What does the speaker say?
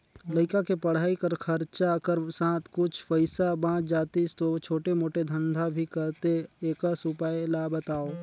लइका के पढ़ाई कर खरचा कर साथ कुछ पईसा बाच जातिस तो छोटे मोटे धंधा भी करते एकस उपाय ला बताव?